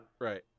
Right